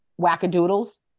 wackadoodles